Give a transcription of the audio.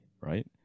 right